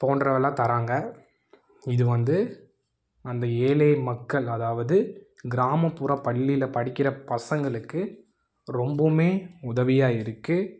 போன்றவெல்லாம் தராங்க இது வந்து அந்த ஏழை மக்கள் அதாவது கிராமப்புற பள்ளியில் படிக்கிற பசங்களுக்கு ரொம்பவுமே உதவியாக இருக்குது